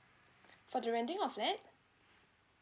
for the renting of flat